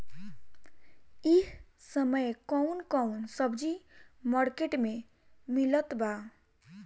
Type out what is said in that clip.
इह समय कउन कउन सब्जी मर्केट में मिलत बा?